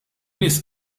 nies